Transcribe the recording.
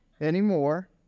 anymore